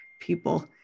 people